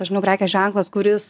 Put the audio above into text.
aš žinau prekės ženklas kuris